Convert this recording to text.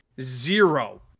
Zero